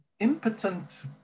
Impotent